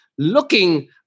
looking